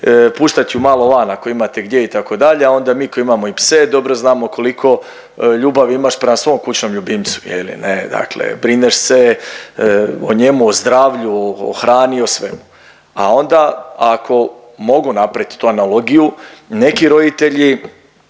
puštat ju malo van ako imate gdje itd. A onda mi koji imamo i pse dobro znamo koliko ljubavi imaš prema svom kućnom ljubimcu. Dakle, brineš se o njemu, o zdravlju, o hrani, o svemu, a onda ako mogu napravit tu analogiju neki roditelji